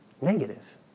Negative